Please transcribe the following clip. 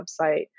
website